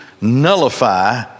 nullify